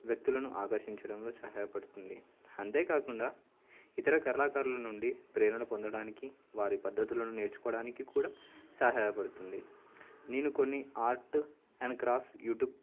వ్యక్తులను ఆకర్షించడంలో సహాయపడుతుంది అంతేకాకుండా ఇతర కరళాకారుల నుండి ప్రేరణ పొందడానికి వారి పద్ధతులను నేర్చుకోవడానికి కూడా సహాయపడుతుంది నేను కొన్ని ఆర్ట్ అండ్ క్రాఫ్ట్ యూట్యూబ్